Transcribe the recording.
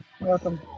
Welcome